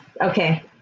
okay